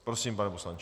Prosím, pane poslanče.